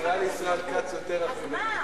אז מה?